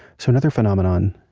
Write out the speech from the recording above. so another phenomenon,